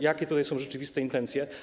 Jakie tutaj są rzeczywiste intencje?